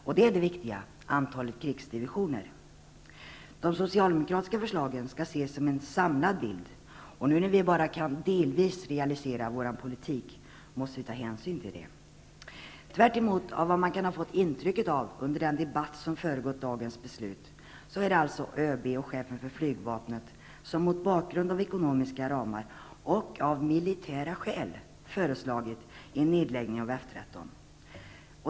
Och det viktiga är antalet krigsdivisioner. De socialdemokratiska förslagen skall ses som en samlad bild, och när vi nu bara delvis kan realisera vår politik måste vi ta hänsyn till det. Tvärtemot vad man kan ha fått intryck av under den debatt som föregått dagens beslut, är det alltså ÖB och chefen för flygvapnet som mot bakgrund av ekonomiska ramar och av militära skäl föreslagit en nedläggning av F 13.